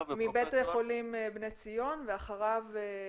מבית החולים בני ציון ואחריו פרופ'